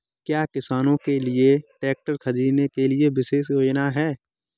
क्या किसानों के लिए ट्रैक्टर खरीदने के लिए विशेष योजनाएं हैं?